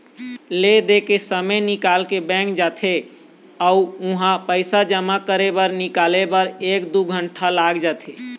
ले दे के समे निकाल के बैंक जाथे अउ उहां पइसा जमा करे बर निकाले बर एक दू घंटा लाग जाथे